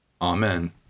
amen